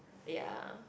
ya